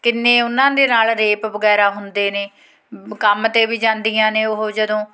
ਕਿੰਨੇ ਉਹਨਾਂ ਦੇ ਨਾਲ ਰੇਪ ਵਗੈਰਾ ਹੁੰਦੇ ਨੇ ਕੰਮ 'ਤੇ ਵੀ ਜਾਂਦੀਆਂ ਨੇ ਉਹ ਜਦੋਂ